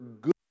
good